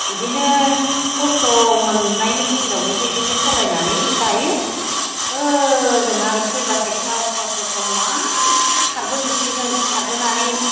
इदिनो खस्थ' मोननायनि गेजेरावनो इफोरबायदिनो सलायनानै जायो ओ ओजोंहा आरो फैब्लाथाय ख्लाव ख्लाव ख्लाव ख्लाव मा खारबोजोबसिगोन खारबोनानै